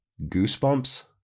goosebumps